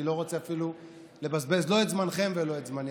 אני לא רוצה לבזבז לא את זמנכם ולא את זמני.